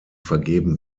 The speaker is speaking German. vergeben